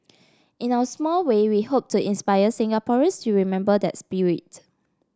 in our small way we hope to inspire Singaporeans to remember that spirit